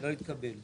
הצבעה